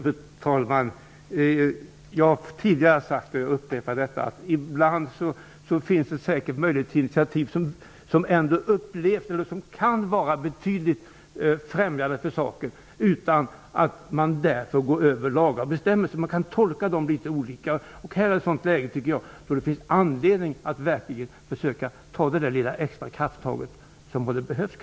Fru talman! Jag har tidigare sagt, och jag upprepar det, att det ibland finns möjligheter till initiativ som kan vara främjande för saken utan att man därför behöver gå utanför lagar och bestämmelser. Man kan tolka dem litet olika. Detta är ett sådant läge då det finns anledning att försöka ta det extra krafttag som behövs.